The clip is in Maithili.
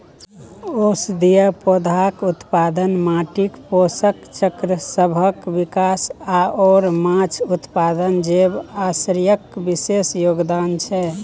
औषधीय पौधाक उत्पादन, माटिक पोषक चक्रसभक विकास आओर माछ उत्पादन जैव आश्रयक विशेष योगदान छै